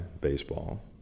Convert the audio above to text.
baseball